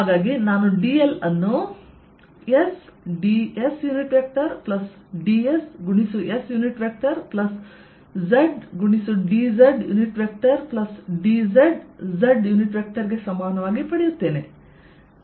ಆದ್ದರಿಂದ ನಾನು dl ಅನ್ನು sdsdsszdzdzz ಗೆ ಸಮಾನವಾಗಿ ಪಡೆಯುತ್ತೇನೆ